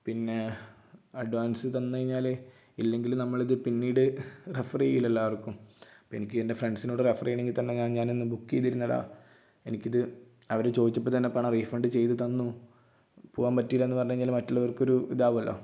പിന്നെ അഡ്വാൻസ് തന്ന് കഴിഞ്ഞാല് ഇല്ലെങ്കില് നമ്മളിത് പിന്നീട് റഫർ ചെയ്യില്ലലോ ആർക്കും ഇപ്പം എനിക്ക് എൻ്റെ ഫ്രണ്ട്സിനോട് റഫർ ചെയ്യണമെങ്കിൽ തന്നെ ഞാൻ ഞാൻ അന്ന് ബുക്ക് ചെയ്തിരുന്നതാ എനിക്ക് ഇത് അവര് ചോദിച്ചപ്പോൾ തന്നെ പണം റീഫണ്ട് ചെയ്ത് തന്നു പോകാൻ പറ്റീലാന്ന് പറഞ്ഞ് കഴിഞ്ഞാൽ മറ്റുള്ളവർക്കൊരു ഇതാകുവല്ലോ